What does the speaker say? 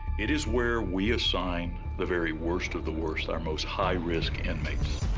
it is where we assign the very worst of the worst, our most high risk inmates.